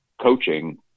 coaching